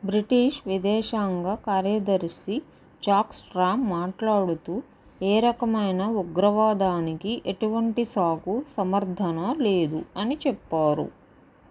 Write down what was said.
British విదేశాంగ కార్యదర్శి Jack Straw మాట్లాడుతూ ఏ రకమైన ఉగ్రవాదానికి ఎటువంటి సాకు సమర్థన లేదు అని చెప్పారు